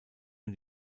nur